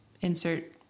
insert